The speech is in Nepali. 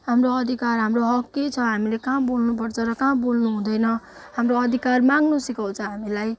हाम्रो अधिकार हाम्रो हक के छ हामीले कहाँ बोल्नु पर्छ र कहाँ बोल्नुहुँदैन हाम्रो अधिकार माग्नु सिकाउँछ हामीलाई